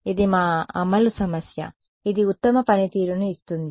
ఇది మా అమలు సమస్య ఇది ఉత్తమ పనితీరును ఇస్తుంది